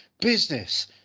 business